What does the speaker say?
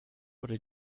oder